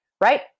Right